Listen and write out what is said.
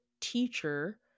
teacher